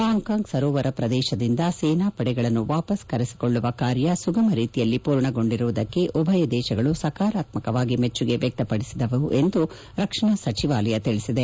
ಪಾಂಗ್ಗಾಂಗ್ ಸರೋವರ ಪ್ರದೇಶದಿಂದ ಸೇನಾಪಡೆಗಳನ್ನು ವಾಪಸ್ ಕರೆಸಿಕೊಳ್ಳುವ ಕಾರ್ಯ ಸುಗಮ ರೀತಿಯಲ್ಲಿ ಪೂರ್ಣಗೊಂಡಿರುವುದಕ್ಕೆ ಉಭಯ ದೇಶಗಳು ಸಕಾರಾತ್ಮಕವಾಗಿ ಮೆಚ್ಚುಗೆ ವ್ವಕ್ತಪಡಿಸಿದವು ಎಂದು ರಕ್ಷಣಾ ಸಚಿವಾಲಯ ತಿಳಿಸಿದೆ